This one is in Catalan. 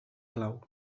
clau